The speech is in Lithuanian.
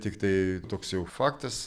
tiktai toks jau faktas